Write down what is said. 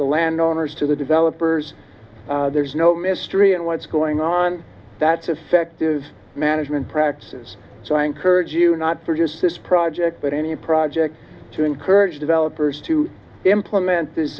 the landowners to the developers there's no mystery and what's going on that's effective management practices so i encourage you not for just this project but any project to encourage developers to implement this